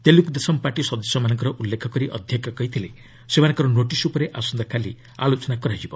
Telugu Desam party ସଦସ୍ୟମାନଙ୍କର ଉଲ୍ଲେଖ କରି ଅଧ୍ୟକ୍ଷ କହିଥିଲେ ସେମାନଙ୍କର ନୋଟିସ୍ ଉପରେ ଆସନ୍ତାକାଲି ଆଲୋଚନା ହେବ